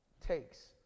takes